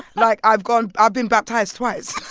like, i've gone i've been baptized twice.